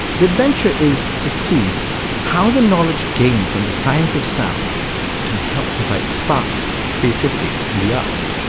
the adventure is to see how the knowledge gained from the science of sound can help provide sparks of creativity in the arts.